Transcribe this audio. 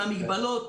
עם המגבלות